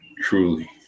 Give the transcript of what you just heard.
truly